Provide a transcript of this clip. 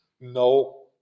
no